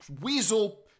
weasel